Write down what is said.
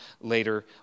later